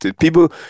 People